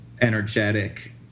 energetic